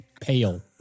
Pale